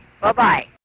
Bye-bye